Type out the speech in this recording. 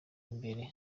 imbere